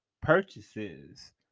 purchases